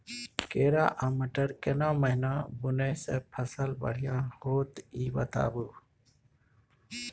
केराव आ मटर केना महिना बुनय से फसल बढ़िया होत ई बताबू?